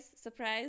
Surprise